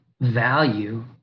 value